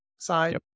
side